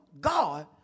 God